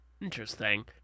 interesting